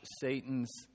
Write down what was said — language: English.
Satan's